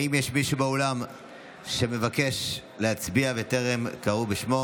האם יש מישהו באולם שמבקש להצביע וטרם קראו בשמו?